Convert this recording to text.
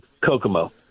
Kokomo